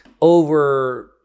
over